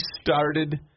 started